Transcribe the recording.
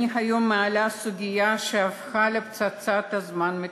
אני מעלה היום סוגיה שהפכה לפצצת זמן מתקתקת: